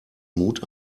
mut